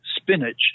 spinach